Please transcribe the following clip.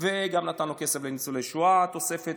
וגם נתנו כסף לניצולי שואה, תוספת.